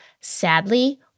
Sadly